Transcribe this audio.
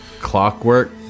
clockwork